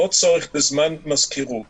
ללא צורך בזמן מזכירות